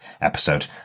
episode